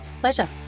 Pleasure